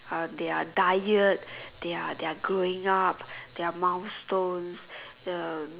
on their diet their their growing up their milestones the